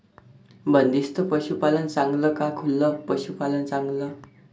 बंदिस्त पशूपालन चांगलं का खुलं पशूपालन चांगलं?